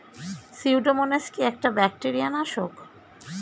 Pseudomonas কি একটা bacteria নাশক?